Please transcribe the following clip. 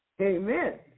Amen